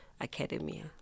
academia